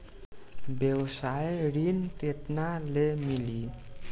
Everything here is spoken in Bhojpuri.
व्यवसाय ऋण केतना ले मिली?